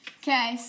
okay